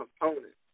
components